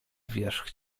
wierzch